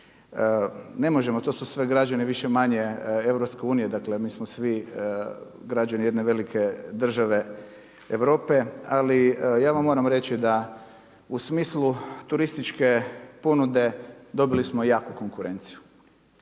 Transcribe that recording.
Ne možemo, to su sve građane više-manje EU, dakle, mi smo svi građani jedne velike države Europe, ali ja vam moram reći da u smislu turističke ponude dobili smo jaku konkurenciju.